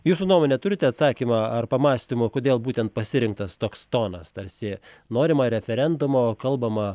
jūsų nuomone turite atsakymą ar pamąstymų kodėl būtent pasirinktas toks tonas tarsi norima referendumo kalbama